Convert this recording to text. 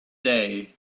day